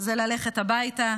זה ללכת הביתה,